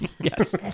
Yes